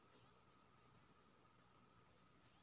Credit card लेबै के योग्यता कि छै?